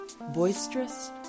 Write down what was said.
Boisterous